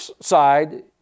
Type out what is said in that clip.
side